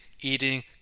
eating